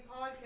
podcast